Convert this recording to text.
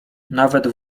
nawet